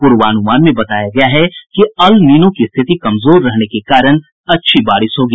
पूर्वानुमान में बताया गया है कि अल नीनो की स्थिति कमजोर रहने के कारण अच्छी बारिश होगी